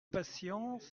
patience